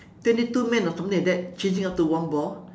twenty two men or something like that chasing after one ball